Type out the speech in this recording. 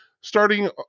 starting